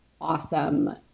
awesome